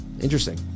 interesting